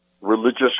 religious